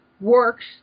works